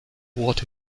what